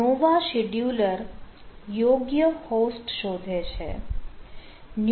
Nova scheduler યોગ્ય host શોધે છે